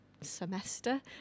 semester